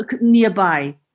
nearby